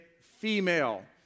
female